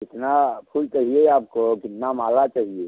कितना फूल चाहिए आपको और कितना माला चाहिए